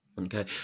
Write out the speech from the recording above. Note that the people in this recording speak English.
Okay